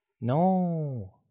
No